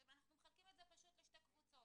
אנחנו מחלקים את זה פשוט לשתי קבוצות: